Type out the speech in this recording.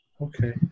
Okay